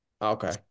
Okay